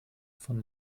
von